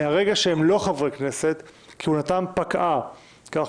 מהרגע שהם לא חברי כנסת כהונתם פקעה כך